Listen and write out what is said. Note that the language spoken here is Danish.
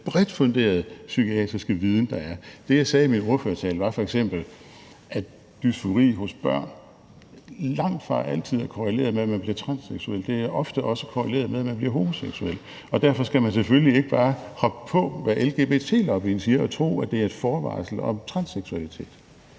ud fra den bredt funderede psykiatriske viden, der er. Det, jeg sagde i min ordførertale, var f.eks., at dysfori hos børn langt fra altid er korreleret med, at man bliver transseksuel – det er ofte også korreleret med, at man bliver homoseksuel. Og derfor skal man selvfølgelig ikke bare hoppe på, hvad lgbt-lobbyen siger, og tro, at det er et forvarsel om transseksualitet.